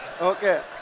Okay